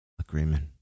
agreement